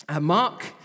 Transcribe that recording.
Mark